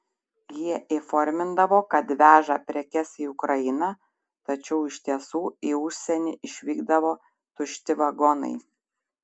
jie įformindavo kad veža prekes į ukrainą tačiau iš tiesų į užsienį išvykdavo tušti vagonai